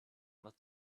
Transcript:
must